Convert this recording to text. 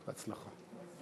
בהצלחה.